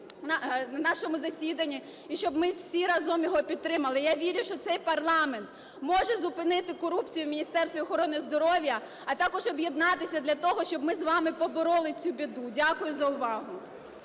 на нашому засіданні, і щоб ми всі разом його підтримали. Я вірю, що цей парламент може зупинити корупцію в Міністерстві охорони здоров'я, а також об'єднатися для того, щоб ми з вами побороли цю біду. Дякую за увагу.